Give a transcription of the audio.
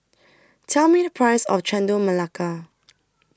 Tell Me The Price of Chendol Melaka